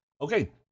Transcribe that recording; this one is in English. Okay